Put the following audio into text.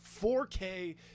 4K